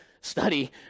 study